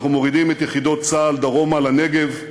אנחנו מורידים את יחידות צה"ל דרומה לנגב,